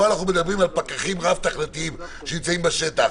פה אנחנו מדברים על פקחים רב-תכליתיים שנמצאים בשטח.